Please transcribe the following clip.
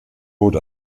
bot